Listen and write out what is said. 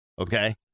okay